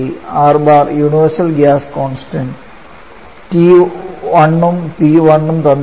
R bar universal gas constants T1 ഉം P1 ഉം തന്നിട്ടുണ്ട്